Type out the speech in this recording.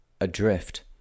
Adrift